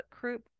group